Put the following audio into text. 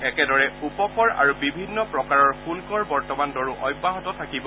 একেদৰে উপকৰ আৰু বিভিন্ন প্ৰকাৰৰ শুদ্ধৰ বৰ্তমান দৰো অব্যাহত থাকিব